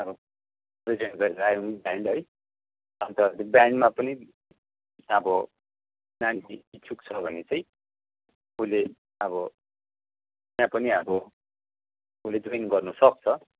अब प्रेजेन्ट गरेर आयौँ ब्यान्ड है अन्त ब्यान्डमा पनि अब नानीहरू इच्छुक छ भने चाहिँ उसले अब त्यहाँ पनि अब उसले जोइन गर्नु सक्छ